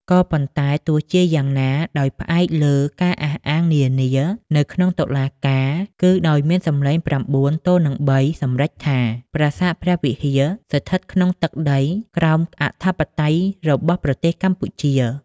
ក៏ប៉ុន្តែទោះជាយ៉ាងណា ដោយផ្អែកលើការអះអាងនានា នៅក្នុងតុលាការគឺដោយមានសំឡេង៩ទល់នឹង៣សម្រេចថា ប្រាសាទព្រះវិហារស្ថិតក្នុងទឹកដីក្រោមអធិបតេយ្យរបស់ប្រទេសកម្ពុជា។